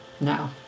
No